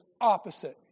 opposite